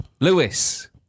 Lewis